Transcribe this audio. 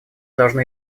должны